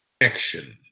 Action